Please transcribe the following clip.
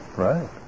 Right